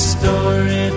story